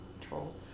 troll